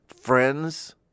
friends